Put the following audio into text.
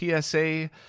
PSA